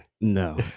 No